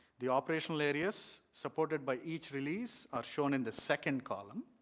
the operational areas supported by each release are shown in the second column.